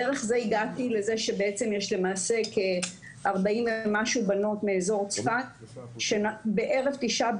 דרך זה הגעתי לזה שיש 40 ומשהו בנות מאזור צפת שבערב תשעה